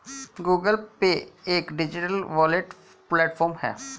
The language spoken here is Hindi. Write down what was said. गूगल पे एक डिजिटल वॉलेट प्लेटफॉर्म है